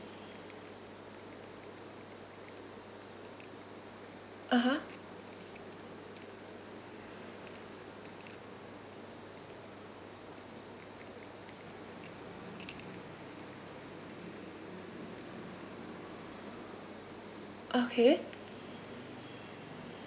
(uh huh) okay